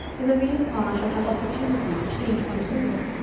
in the meanwhile i shall have opportunity to change my toilet,